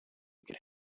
could